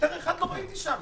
שוטר אחד לא ראיתי שם,